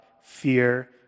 fear